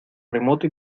remoto